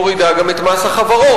מורידה גם את מס החברות.